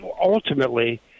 ultimately